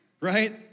right